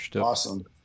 Awesome